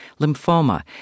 lymphoma